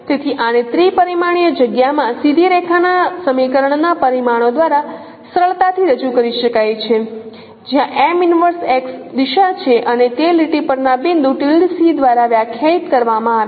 તેથી આને ત્રિ પરિમાણીય જગ્યામાં સીધી રેખાના સમીકરણના પરિમાણો દ્વારા સરળતાથી રજૂ કરી શકાય છે જ્યાં દિશા છે અને તે લીટી પરના બિંદુ દ્વારા વ્યાખ્યાયિત કરવામાં આવી છે